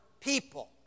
people